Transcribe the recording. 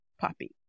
poppy